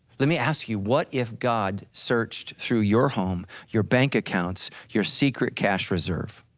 let me ask you what if god searched through your home, your bank accounts, your secret cash reserve.